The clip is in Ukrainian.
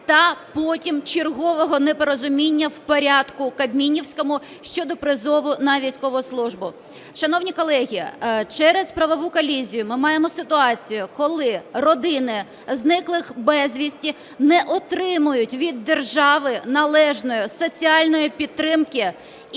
та потім чергового непорозуміння в порядку кабмінівському щодо призову на військову службу. Шановні колеги, через правову колізію ми маємо ситуацію, коли родини зниклих безвісти не отримують від держави належної соціальної підтримки і